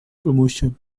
promotion